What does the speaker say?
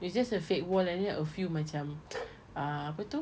it's just a fake wall and then a few macam ah apa tu